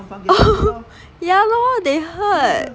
yeah lor they heard